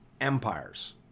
empires